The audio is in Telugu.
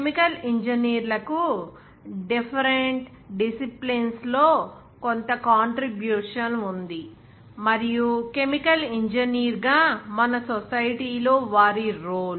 కెమికల్ ఇంజనీర్లకు డిఫరెంట్ డిస్సిప్లిన్స్ లో కొంత కాంట్రిబ్యూషన్ ఉంది మరియు కెమికల్ ఇంజనీర్గా మన సొసైటీ లో వారి రోల్